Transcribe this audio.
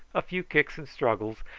a few kicks and struggles,